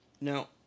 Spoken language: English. Now